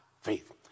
faith